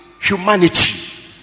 humanity